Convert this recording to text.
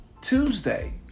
Tuesday